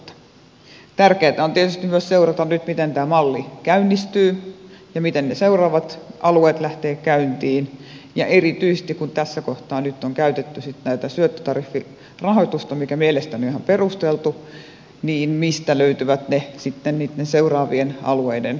tärkeätä on tietysti myös seurata nyt miten tämä malli käynnistyy ja miten ne seuraavat alueet lähtevät käyntiin ja erityisesti kun tässä kohtaa nyt on käytetty tätä syöttötariffirahoitusta mikä mielestäni on ihan perusteltu niin mistä löytyvät sitten niitten seuraavien alueiden rahoitukset